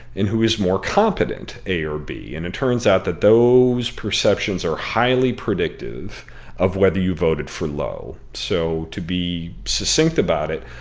and who is more competent, a or b? and it turns out that those perceptions are highly predictive of whether you voted for low. so to be succinct about it,